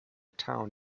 town